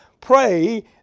pray